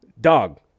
dog